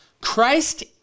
Christ